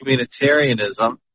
communitarianism